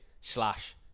slash